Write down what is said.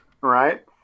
Right